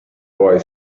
boy